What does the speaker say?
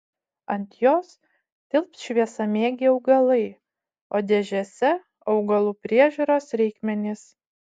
ant jos tilps šviesamėgiai augalai o dėžėse augalų priežiūros reikmenys